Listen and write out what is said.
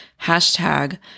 hashtag